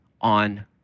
on